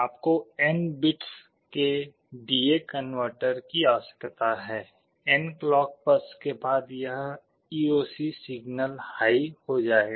आपको n bits के D A converter की आवश्यकता है n क्लॉक पल्स के बाद यह ईओसी सिग्नल हाई हो जाएगा